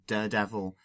Daredevil